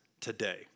today